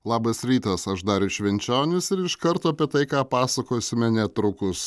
labas rytas aš darius švenčionis ir iš kart apie tai ką pasakosime netrukus